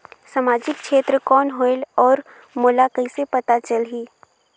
समाजिक क्षेत्र कौन होएल? और मोला कइसे पता चलही?